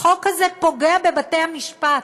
החוק הזה פוגע בבתי-המשפט.